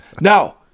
Now